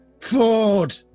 Ford